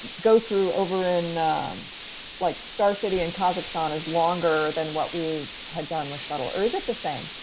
go through over in like star city in kazakhstan is longer than what we had done with shuttle or is it the same?